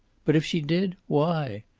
but if she did, why?